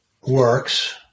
works